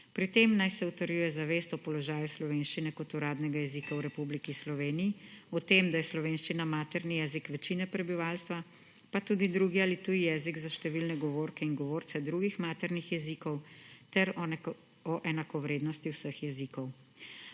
Pri tem naj se utrjuje zavest o položaju slovenščine kot uradnega jezika v Republiki Sloveniji, o tem, da je slovenščina materni jezik večine prebivalstva, pa tudi drugi ali tuj jezik za številne govorke in govorce drugih maternih jezikov ter o enakovrednosti vseh jezikov.